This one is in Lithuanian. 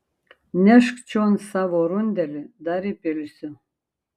nešk čion savo rundelį dar įpilsiu